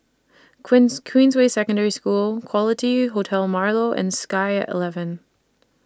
Queens Queensway Secondary School Quality Hotel Marlow and Sky eleven